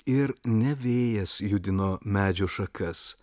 ir ne vėjas judino medžių šakas